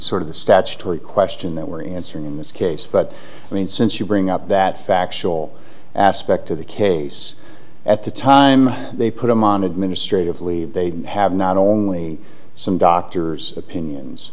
sort of the statutory question that were answered in this case but i mean since you bring up that factual aspect of the case at the time they put them on administrative leave they have not only some doctors opinions